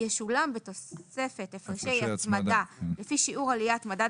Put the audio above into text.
ישולם בתוספת הפרשי הצמדה לפי שיעור עליית מדד